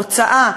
הוצאה,